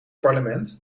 parlement